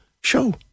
show